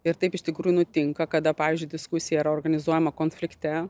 ir taip iš tikrųjų nutinka kada pavyzdžiui diskusija yra organizuojama konflikte